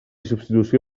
substitució